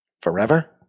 forever